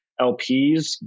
LPs